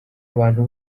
abantu